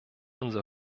unser